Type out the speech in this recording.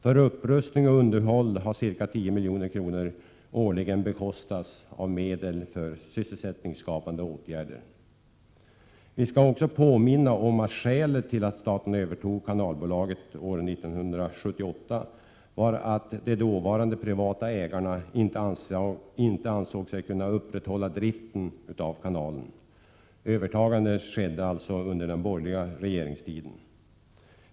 För upprustning och underhåll har årligen ca 10 milj.kr. anslagits av medel för sysselsättningsskapande åtgärder. Jag vill också påminna om att skälet till att staten år 1978 övertog Kanalbolaget var att de dåvarande privata ägarna inte ansåg sig kunna upprätthålla driften av kanalen. Övertagandet skedde alltså under den borgerliga regeringstiden.